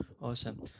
Awesome